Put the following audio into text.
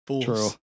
True